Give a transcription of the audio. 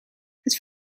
het